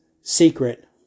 secret